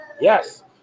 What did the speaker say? Yes